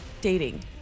dating